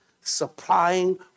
Supplying